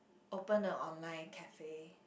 open a online cafe